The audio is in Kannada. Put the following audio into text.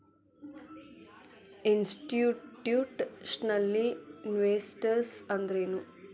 ಇನ್ಸ್ಟಿಟ್ಯೂಷ್ನಲಿನ್ವೆಸ್ಟರ್ಸ್ ಅಂದ್ರೇನು?